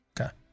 Okay